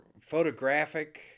photographic